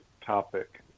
topic